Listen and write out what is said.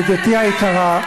ידידתי היקרה,